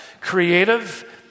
creative